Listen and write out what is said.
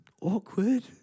awkward